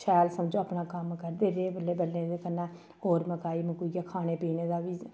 शैल समझो अपना कम्म करदे रेह् बल्लें बल्लें ते कन्नै होर मकाई मकूइयै खाने पीने दा बी